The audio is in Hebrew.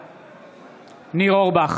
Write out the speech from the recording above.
בעד ניר אורבך,